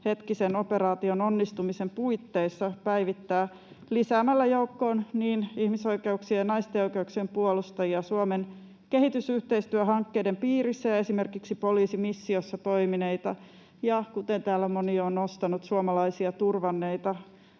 tämänhetkisen operaation onnistumisen puitteissa — päivittää lisäämällä joukkoon niin ihmisoikeuksien kuin naisten oikeuksien puolustajia, Suomen kehitysyhteistyöhankkeiden piirissä ja esimerkiksi poliisimissiossa toimineita ja, kuten täällä on moni jo nostanut, suomalaisia turvanneita